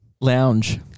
Lounge